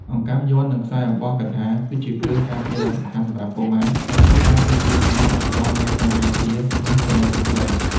អង្កាំយ័ន្ត និង ខ្សែអំបោះកថា គឺជាគ្រឿងការពារដ៏សំខាន់សម្រាប់កុមារ ដែលត្រូវបានគេជឿថាអាចផ្តល់នូវការការពារ និងសិរីសួស្តី។